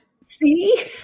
See